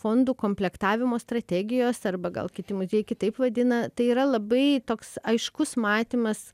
fondų komplektavimo strategijos arba gal kiti muziejai kitaip vadina tai yra labai toks aiškus matymas